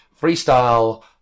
Freestyle